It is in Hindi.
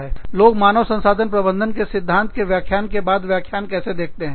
मुझे मालूम नहीं लोग मानव संसाधन प्रबंधन के सिद्धांत के व्याख्यान के बाद व्याख्यान कैसे देखते हैं